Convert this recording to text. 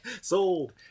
Sold